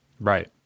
Right